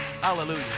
Hallelujah